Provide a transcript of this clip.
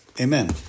Amen